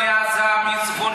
מעזה, מצפון